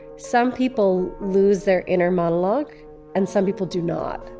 some people lose their inner monologue and some people do not.